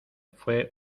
fué